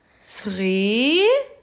three